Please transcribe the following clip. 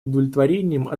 удовлетворением